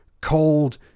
cold